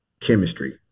chemistry